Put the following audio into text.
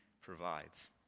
provides